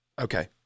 Okay